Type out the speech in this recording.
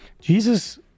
Jesus